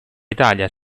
italia